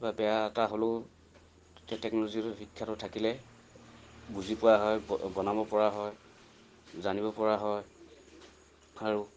বা বেয়া এটা হ'লেও টেকন'লজিৰ শিক্ষাটো থাকিলে বুজি পোৱা হয় বনাবপৰা হয় জানিবপৰা হয় আৰু